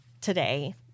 today